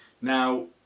Now